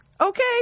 Okay